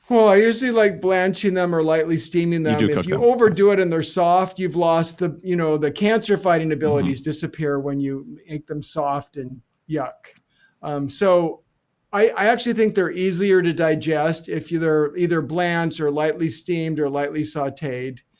well, usually like blanching them or lightly steaming them. if you overdo it and they're soft, you've lost the you know the cancer-fighting abilities disappear when you eat them soft and yuck um so i actually think they're easier to digest if either either blanched or lightly steamed or lightly sauteed.